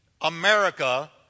America